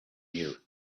here